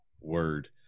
Word